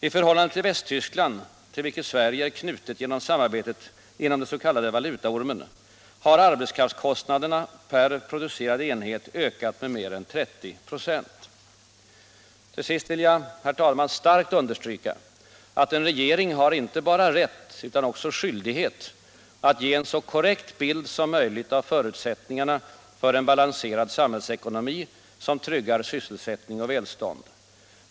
I förhållande till Västtyskland, till vilket land Sverige är knutet genom samarbetet inom den s.k. valutaormen, har arbetskraftskostnaden per producerad enhet ökat med mer än 30 96. Till sist vill jag starkt understryka att en regering har inte blott rätt utan också skyldighet att ge en så korrekt bild som möjligt av förutsättningarna för en balanserad samhällsekonomi som tryggar sysselsättning och välstånd.